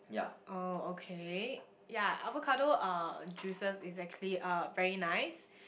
oh okay yeah avocado uh juices is actually uh very nice